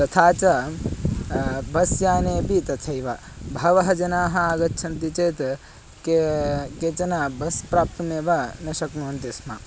तथा च बस्यानेऽपि तथैव बहवः जनाः आगच्छन्ति चेत् के केचन बस् प्राप्तुमेव न शक्नुवन्ति स्म